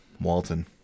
Walton